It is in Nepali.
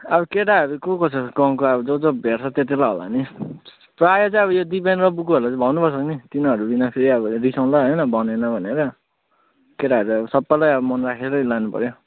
अब केटाहरू को को छ गाउँको अब जो जो भेट्छ त्यही त्यहीलाई होला नि प्रायः अब चाहिँ यो दिपेन र बुक्कुहरूलाई चाहिँ भन्नुपर्छ नि तिनीहरू बिना फेरि अब रिसाउँला होइन भनेन भनेर केटाहरू अब सबैलाई मन राखेरै लानुपऱ्यो